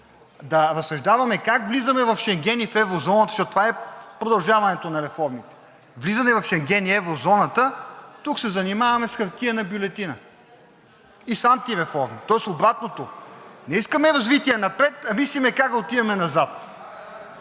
да разсъждаваме как влизаме в Шенген и в еврозоната, защото това е продължаването на реформите – влизане в Шенген и в еврозоната, тук се занимаваме с хартиена бюлетина и с антиреформи, тоест обратното – не искаме развитие напред, а мислим как да отидем назад.